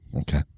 Okay